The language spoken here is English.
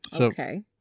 Okay